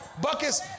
buckets